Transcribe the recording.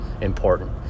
important